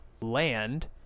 land